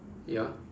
ya